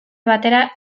batera